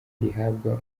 rihabwa